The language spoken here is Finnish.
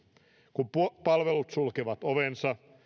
kun palvelut sulkevat ovensa